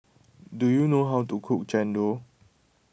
do you know how to cook Chendol